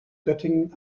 göttingen